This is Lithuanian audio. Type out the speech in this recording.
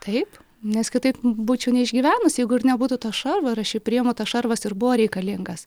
taip nes kitaip būčiau neišgyvenus jeigu ir nebūtų to šarvo ir aš jį priimu tas šarvas ir buvo reikalingas